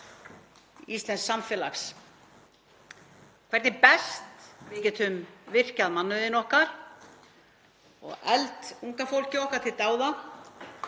íslensks samfélags, hvernig best við getum virkjað mannauðinn okkar og eflt unga fólkið okkar til dáða